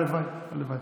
אבל הלוואי, אגב, הלוואי,